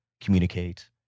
communicate